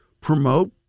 promote